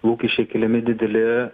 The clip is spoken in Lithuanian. lūkesčiai keliami dideli